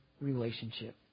relationship